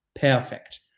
Perfect